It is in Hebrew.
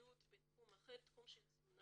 פעילות בתחום אחר, תחום תזונה